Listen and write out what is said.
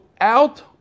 out